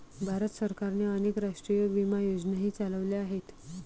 भारत सरकारने अनेक राष्ट्रीय विमा योजनाही चालवल्या आहेत